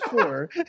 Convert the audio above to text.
sure